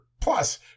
plus